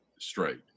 straight